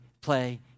play